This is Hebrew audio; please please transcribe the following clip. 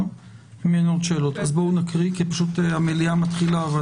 בואו נקריא, כי המליאה מתחילה.